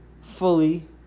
fully